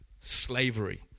slavery